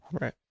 Right